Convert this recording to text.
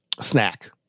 snack